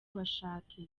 bashake